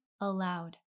aloud